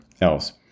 else